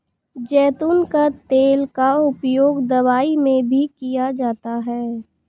ज़ैतून का तेल का उपयोग दवाई में भी किया जाता है